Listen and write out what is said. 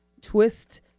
twist